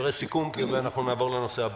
דברי סיכום ואז נעבור לנושא הבא.